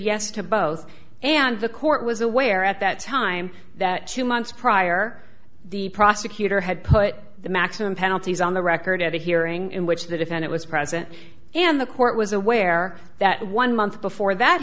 yes to both and the court was aware at that time that two months prior the prosecutor had put the maximum penalties on the record at the hearing in which that if it was present and the court was aware that one month before that